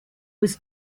was